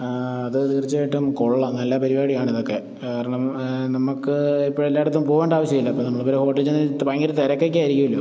അത് തീർച്ചയായിട്ടും കൊള്ളാം നല്ല പരിപാടിയാണ് ഇതൊക്കെ കാരണം നമുക്ക് ഇപ്പം എല്ലായിടത്തും പോകേണ്ട ആവശ്യമില്ല ഇപ്പം നമ്മൾ ഇപ്പോൾ ഒരു ഹോട്ടലിൽ ചെന്നിട്ട് ഭയങ്കര തിരക്കൊക്കെ ആയിരിക്കുമല്ലോ